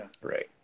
Right